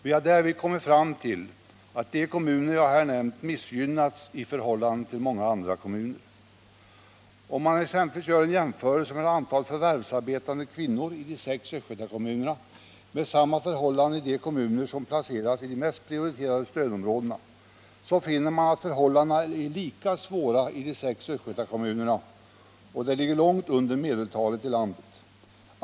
Vi har därvid kommit fram till att de kommuner jag här nämnt missgynnats i förhållande till många andra. Om man exempelvis gör en jämförelse mellan antalet förvärvsarbetande kvinnor i de sex Östgötakommunerna och motsvarande antal i de kommuner som placerats i de mest prioriterade stödområdena, så finner man att förhållandena är lika svåra i de sex Östgötakommunerna, som i detta avseende ligger långt under genomsnittet i landet.